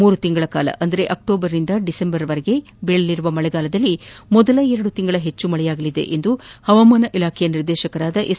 ಮೂರು ತಿಂಗಳ ಕಾಲ ಅಂದರೆ ಅಕ್ಲೋಬರ್ನಿಂದ ಡಿಸೆಂಬರ್ನವರೆಗೆ ಬೀಳಲಿರುವ ಮಳೆಗಾಲದಲ್ಲಿ ಮೊದಲ ಎರಡು ತಿಂಗಳ ಹೆಚ್ಚು ಮಳೆಯಾಗಲಿದೆ ಎಂದು ಹವಾಮಾನ ಇಲಾಖೆಯ ನಿರ್ದೇಶಕ ಎಸ್